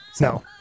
No